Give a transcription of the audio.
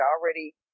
already